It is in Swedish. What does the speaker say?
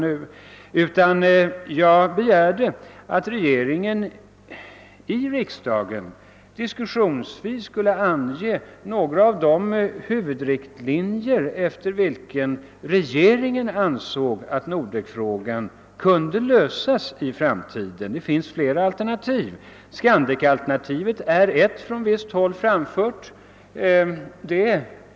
Däremot begärde jag att regeringen i riksdagen diskussionsvis skulle ange några av de huvudriktlinjer efter vilka den anser Nordekfrågan kan lösas i framtiden. Det finns flera alternativ och Skandek är ett från visst håll framlagt förslag.